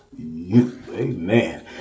Amen